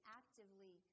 actively